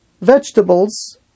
vegetables